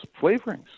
flavorings